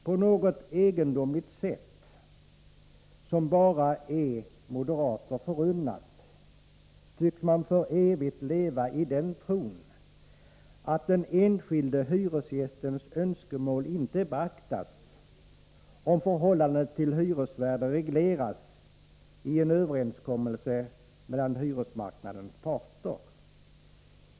På något egendomligt sätt, som bara är moderater förunnat, tycks man för evigt leva i den tron att den enskilde hyresgästens önskemål inte beaktas om förhållandet till hyresvärden regleras i en överenskommelse mellan hyresmarknadens parter.